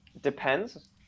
Depends